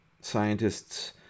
scientists